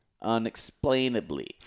Unexplainably